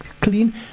clean